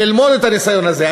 ללמוד את הניסיון הזה.